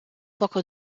poco